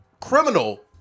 criminal